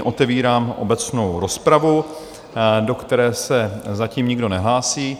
Otevírám obecnou rozpravu, do které se zatím nikdo nehlásí.